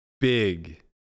big